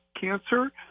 cancer